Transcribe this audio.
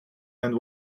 and